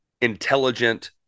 intelligent